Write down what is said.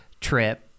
trip